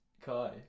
Kai